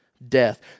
death